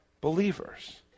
believers